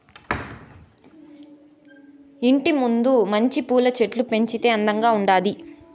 ఇంటి ముందు మంచి పూల చెట్లు పెంచితే అందంగా ఉండాది